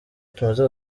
tumaze